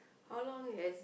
how long has